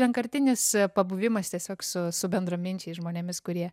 vienkartinis pabuvimas tiesiog su su bendraminčiais žmonėmis kurie